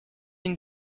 une